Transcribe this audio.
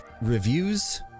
Reviews